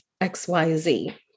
XYZ